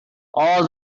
all